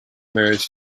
marries